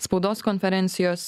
spaudos konferencijos